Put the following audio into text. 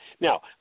now